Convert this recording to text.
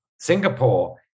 Singapore